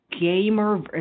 gamer